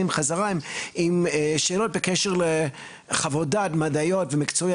הממשלה חזרה עם שאלות בקשר לחוות דעת מקצועיות